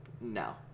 No